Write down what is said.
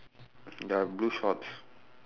ya blue shorts